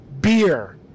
beer